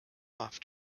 off